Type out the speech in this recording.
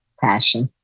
passion